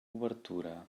obertura